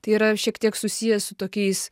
tai yra šiek tiek susiję su tokiais